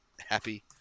happy